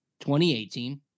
2018